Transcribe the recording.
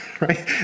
right